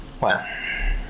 Wow